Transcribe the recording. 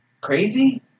crazy